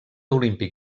olímpic